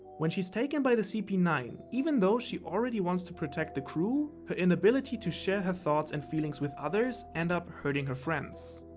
when she is taken by the c p nine, even though she wants to protect the crew, her inability to share her thoughts and feelings with others, end up hurting her friends.